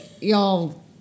y'all